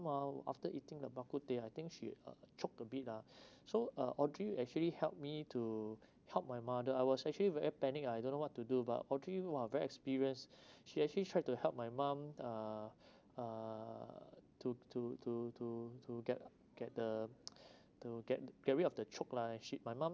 ah after eating the bak kut teh I think she uh choke a bit ah so uh audrey actually help me to help my mother I was actually very panic ah I don't know what to do but audrey !wah! very experience she actually tried to help my mom uh uh to to to to to get get the to get get rid of the choke lah actually my mom